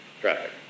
traffic